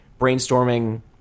brainstorming